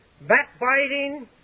backbiting